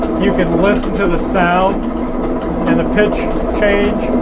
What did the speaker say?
you can listen to the sound and the pitch change.